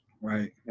Right